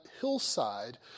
hillside